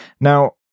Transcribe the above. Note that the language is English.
Now